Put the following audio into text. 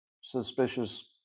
suspicious